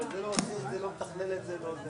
״ זו תרבות שאני לא מבין אותה, רק אז הבנתי את זה.